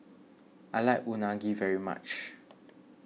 I like Unagi very much